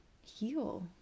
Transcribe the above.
heal